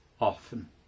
often